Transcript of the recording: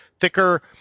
thicker